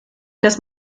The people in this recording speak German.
das